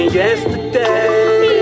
yesterday